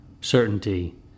certainty